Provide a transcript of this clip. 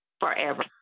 forever